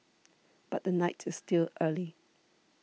but the night is still early